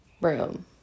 room